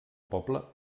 poble